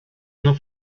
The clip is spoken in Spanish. una